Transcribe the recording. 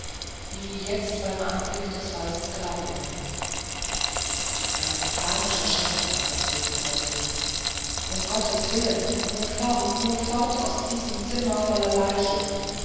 wie jetzt beim anblick des weißen grablinnens ein panischer schrecken erfaßte sie plötzlich um gottes willen nur fort nur fort aus diesem zimmer voll leichen